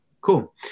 Cool